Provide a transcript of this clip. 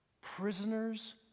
Prisoners